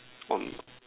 want gone